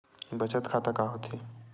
बचत खाता का होथे?